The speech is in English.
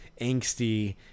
angsty